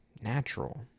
natural